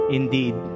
indeed